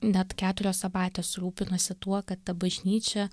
net keturios abatijos rūpinosi tuo kad ta bažnyčia